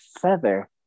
feather